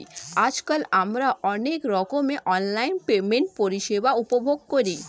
আজকাল আমরা অনেক রকমের অনলাইন পেমেন্ট পরিষেবা উপভোগ করি